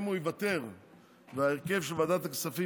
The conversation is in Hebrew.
אם הוא יוותר וההרכב של ועדת הכספים